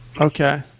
Okay